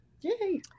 Yay